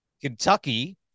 Kentucky